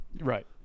Right